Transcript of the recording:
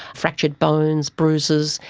fractured bones, bruises,